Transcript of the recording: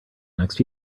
next